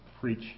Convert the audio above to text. preach